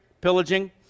pillaging